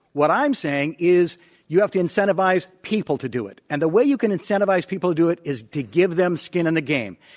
what i'm saying is you have to incentivize people to do it, and the way you can incentivize people to do it is to give them skin in the game.